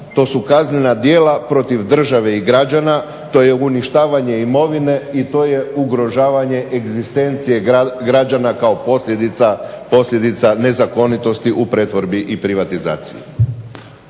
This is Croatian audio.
to su kaznena djela protiv države i građana, to je uništavanje imovine i to je ugrožavanje egzistencije građana kao posljedica nezakonitosti u pretvorbi i privatizaciji.